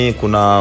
kuna